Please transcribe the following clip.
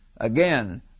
Again